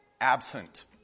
absent